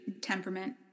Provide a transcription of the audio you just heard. temperament